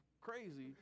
crazy